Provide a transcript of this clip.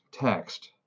text